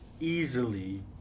easily